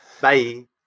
Bye